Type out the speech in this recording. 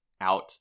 out